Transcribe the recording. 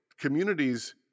communities